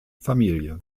familie